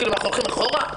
אנחנו הולכים אחורה?